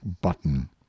button